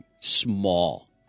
small